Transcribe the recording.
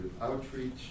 outreach